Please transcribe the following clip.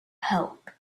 help